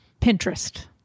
Pinterest